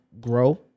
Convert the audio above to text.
grow